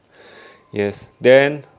yes then